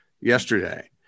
yesterday